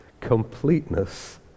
completeness